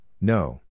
no